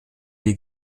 wie